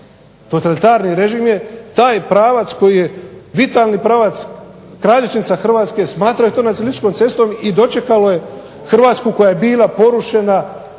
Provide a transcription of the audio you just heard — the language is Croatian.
totalitarni režim je, taj pravac koji je vitalni pravac, kralježnica Hrvatske smatraju to nacionalističkom cestom i dočekalo je Hrvatsku koja je bila porušena,